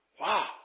Wow